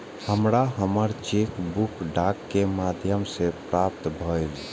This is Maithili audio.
हमरा हमर चेक बुक डाक के माध्यम से प्राप्त भईल